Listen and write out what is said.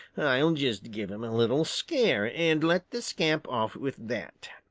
i'll just give him a little scare and let the scamp off with that.